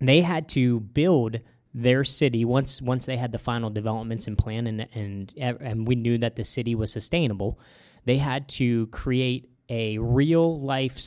they had to build their city once once they had the final developments in planning and we knew that the city was sustainable they had to create a real life